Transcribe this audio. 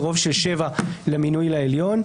ורוב של 7 למינוי לעליון.